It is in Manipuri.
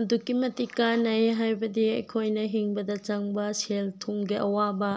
ꯑꯗꯨꯛꯀꯤ ꯃꯇꯤꯛ ꯀꯟꯅꯩ ꯍꯥꯏꯕꯗꯤ ꯑꯩꯈꯣꯏꯅ ꯍꯤꯡꯕꯗ ꯆꯪꯕ ꯁꯦꯜ ꯊꯨꯝꯒꯤ ꯑꯋꯥꯕ